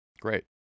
Great